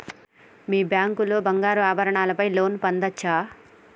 మీ bank లో బంగారు ఆభరణాల పై లోన్ పొందచ్చా?